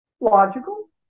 logical